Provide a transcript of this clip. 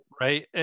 right